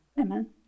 Amen